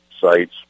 sites